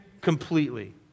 completely